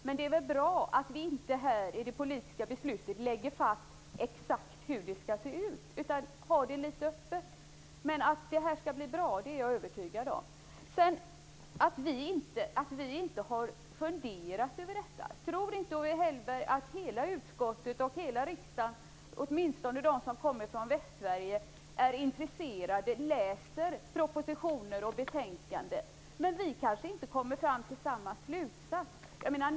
Men det är väl bra att vi inte här i det politiska beslutet lägger fast exakt hur det skall se ut utan låter det stå litet öppet. Jag är övertygad om att detta skall bli bra. "Vi har inte funderat över detta." Tror inte Owe Hellberg att hela utskottet och riksdagen, åtminstone de som kommer från Västsverige, är intresserade, läser propositioner och betänkanden? Men vi kanske inte kommer fram till samma slutsats.